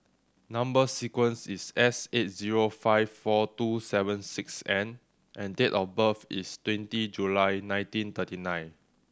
number sequence is S eight zero five four two seven six N and date of birth is twenty July nineteen thirty nine